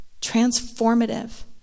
transformative